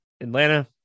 Atlanta